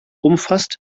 umfasst